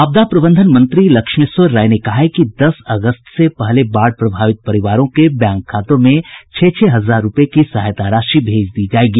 आपदा प्रबंधन मंत्री लक्ष्मेश्वर राय ने कहा है कि दस अगस्त से पहले बाढ़ प्रभावित परिवारों के बैंक खातों में छह छह हजार रूपये की सहायता राशि भेज दी जायेगी